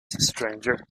stranger